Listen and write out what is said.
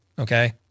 okay